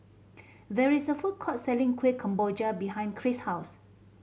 there is a food court selling Kueh Kemboja behind Kris' house